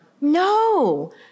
No